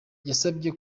yabasabye